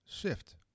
shift